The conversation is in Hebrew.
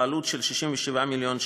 בעלות של 67 מיליון שקל,